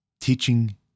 teaching